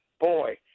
Boy